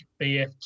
BF